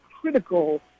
critical